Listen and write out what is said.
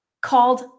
called